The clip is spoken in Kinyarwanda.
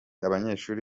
abanyeshuri